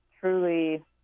truly